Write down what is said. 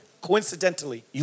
coincidentally